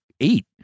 eight